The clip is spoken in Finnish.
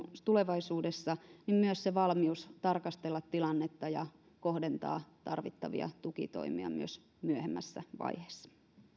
tulevaisuudessa myös valmius tarkastella tilannetta ja kohdentaa tarvittavia tukitoimia myös myöhemmässä vaiheessa